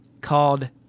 called